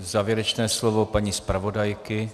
Závěrečné slovo paní zpravodajky?